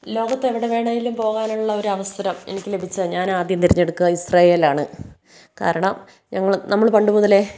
ലോകത്ത് എവിടെ വേണമെങ്കിലും പോകാനുള്ള ഒരു അവസരം എനിക്ക് ലഭിച്ചാല് ഞാന് ആദ്യം തിരഞ്ഞെടുക്കുക ഇസ്രയേലാണ് കാരണം ഞങ്ങൾ നമ്മൾ പണ്ടുമുതലേ